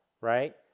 right